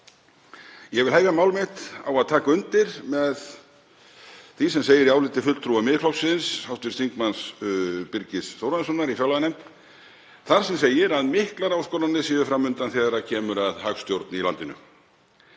Ég vil hefja mál mitt á að taka undir með því sem segir í áliti fulltrúa Miðflokksins, hv. þm. Birgis Þórarinssonar, í fjárlaganefnd þar sem segir að miklar áskoranir séu fram undan þegar kemur að hagstjórn í landinu.